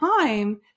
time